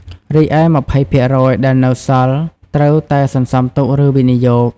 រីឯ ២០% ដែលនៅសល់ ត្រូវតែសន្សំទុក ឬវិនិយោគ។